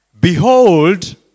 Behold